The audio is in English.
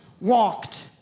walked